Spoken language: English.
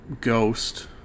ghost